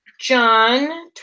John